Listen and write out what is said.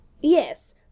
Yes